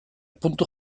puntu